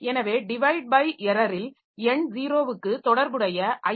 எனவே divide by எரரில் எண் 0 க்கு தொடர்புடைய ஐ